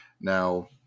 now